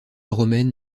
romaine